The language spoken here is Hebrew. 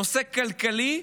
נושא כלכלי,